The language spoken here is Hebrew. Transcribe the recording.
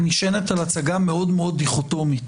היא נשענת על הצגה מאוד מאוד דיכוטומית,